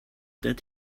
that